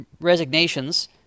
resignations